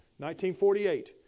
1948